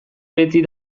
beti